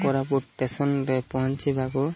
କୋରାପୁଟ ଟେସନରେ ପହଞ୍ଚିବାକୁ